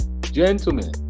gentlemen